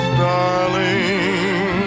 darling